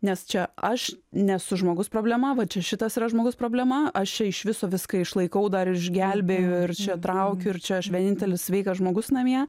nes čia aš nesu žmogus problema va čia šitas yra žmogus problema aš čia iš viso viską išlaikau dar išgelbėju ir čia traukiu ir čia aš vienintelis sveikas žmogus namie